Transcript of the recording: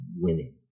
winning